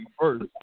first